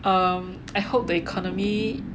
um I hope the economy